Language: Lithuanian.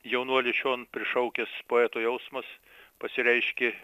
jaunuolis šion prišaukęs poeto jausmas pasireiškė